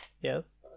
yes